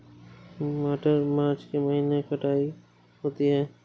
मटर मार्च के महीने कटाई होती है?